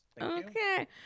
Okay